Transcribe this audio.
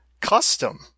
custom